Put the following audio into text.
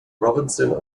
robinson